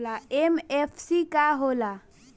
MFC का होला?